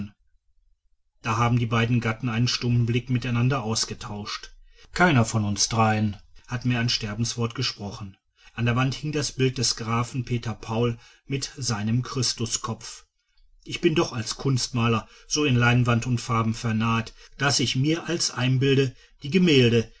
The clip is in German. da haben die beiden gatten einen stummen blick miteinander ausgetauscht keiner von uns dreien hat mehr ein sterbenswort gesprochen an der wand hing das bild des grafen peter paul mit seinem christuskopf ich bin doch als kunstmaler so in leinwand und farben vernarrt daß ich mir als einbilde die gemälde